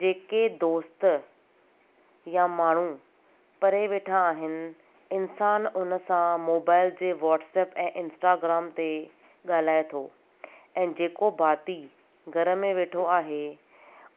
जेके दोस्त या माण्हू परे वेठा आहिनि इंसान उनसां मोबाइल जे व्हाटसअप ऐं इंस्टाग्राम ते ॻाल्हाए थो ऐं जेको भाती घर में वेठो आहे